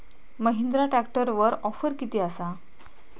महिंद्रा ट्रॅकटरवर ऑफर किती आसा?